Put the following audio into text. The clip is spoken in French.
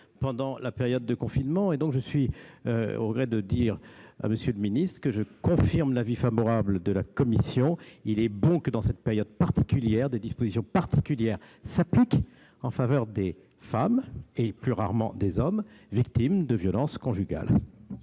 pendant la période de confinement. Je suis donc au regret de lui dire que je confirme l'avis favorable de la commission. Il est bon que, dans cette période particulière, des dispositions particulières s'appliquent en faveur des femmes et, plus rarement, des hommes victimes de violences conjugales.